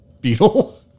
beetle